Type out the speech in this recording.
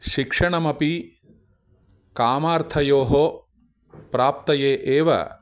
शिक्षणमपि कामार्थयोः प्राप्तयेव